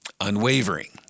unwavering